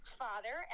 father